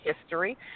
history